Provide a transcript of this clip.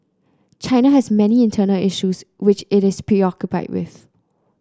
China has many internal issues which it is preoccupied with